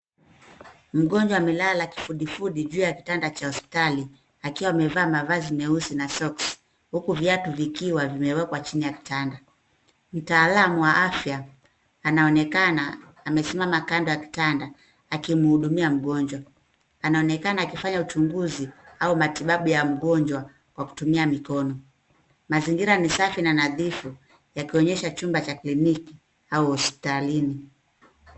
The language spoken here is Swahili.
Mgonjwa amelala kifudifudi juu ya kitanda cha hospitali akiwa amevaa mavazi meusi na soksi, huku viatu vikiwa vimewekwa chini ya kitanda. Mtaalam wa afya anaonekana amesimama kando ya kitanda akimhudumia mgonjwa, anaonekana akifanya uchunguzi au matibabu ya mgonjwa kwa kutumia mikono. Mazingira ni safi na nadhifu, yakionyesha chumba cha kliniki au hospitalini.